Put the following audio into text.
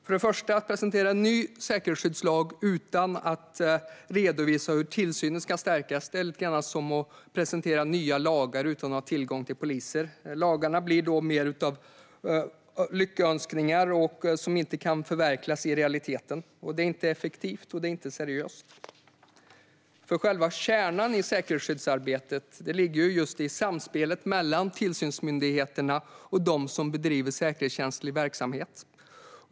Först och främst: Att presentera en ny säkerhetsskyddslag utan att redovisa hur tillsynen ska stärkas är lite grann som att presentera nya lagar utan att ha tillgång till poliser. Lagarna blir då mer av önskningar som inte kan förverkligas i realiteten. Det är inte effektivt, och det är inte seriöst, för själva kärnan i säkerhetsskyddsarbetet ligger just i samspelet mellan tillsynsmyndigheterna och dem som bedriver säkerhetskänslig verksamhet.